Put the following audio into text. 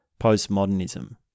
postmodernism